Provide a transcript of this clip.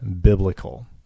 biblical